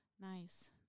Nice